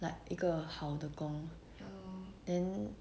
like 一个好的工 then